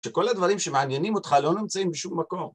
שכל הדברים שמעניינים אותך לא נמצאים בשום מקום.